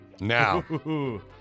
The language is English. Now